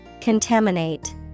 Contaminate